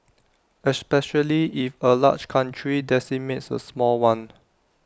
especially if A large country decimates A small one